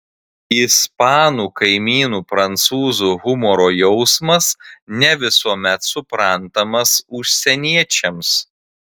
ispanų kaimynų prancūzų humoro jausmas ne visuomet suprantamas užsieniečiams